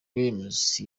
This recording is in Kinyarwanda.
cranes